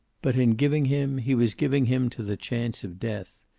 but in giving him he was giving him to the chance of death.